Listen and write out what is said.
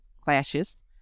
clashes